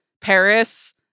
Paris